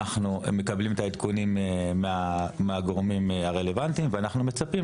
אנחנו מקבלים את העדכונים מהגורמים הרלוונטיים ואנחנו מצפים